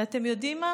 ואתם יודעים מה?